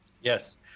Yes